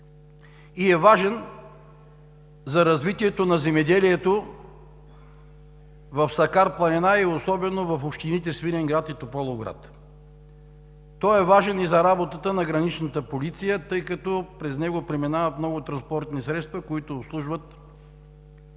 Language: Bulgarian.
Важен е за развитието на земеделието в Сакар планина и особено в общините Свиленград и Тополовград. Той е важен и за работата на граничната полиция, тъй като през него преминават много транспортни средства, които обслужват оградата